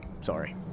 Sorry